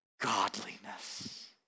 godliness